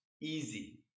easy